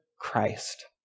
Christ